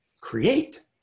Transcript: create